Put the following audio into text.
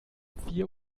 vier